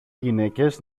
γυναίκες